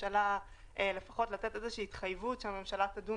לפחות לתת איזושהי התחייבות שהממשלה תדון